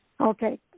Okay